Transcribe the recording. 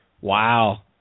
Wow